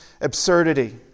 absurdity